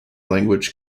language